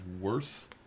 worse